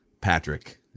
Patrick